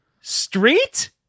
Street